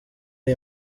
iri